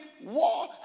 War